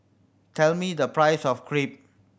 tell me the price of Crepe